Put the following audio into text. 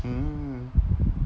mm